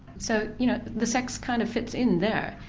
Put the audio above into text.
so you know, the sex kind of fits in there.